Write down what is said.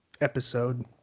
episode